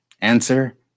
answer